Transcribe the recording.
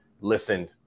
listened